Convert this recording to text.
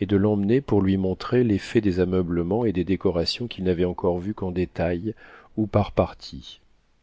et de l'emmener pour lui montrer l'effet des ameublements et des décorations qu'il n'avait encore vus qu'en détail ou par parties